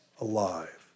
alive